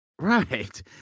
right